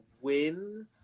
win